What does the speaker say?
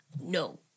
No